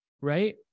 right